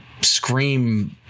scream